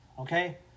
Okay